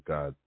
God